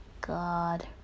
God